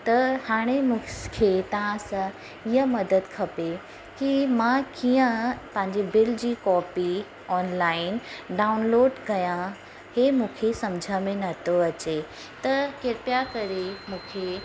त हाणे मूंखे तव्हां सां इअं मदद खपे कि मां कीअं पंहिंजे बिल जी कॉपी ऑनलाइन डाउनलोड कया इहे मूंखे समुझ में नथो अचे त कृपया करे मूंखे